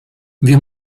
wir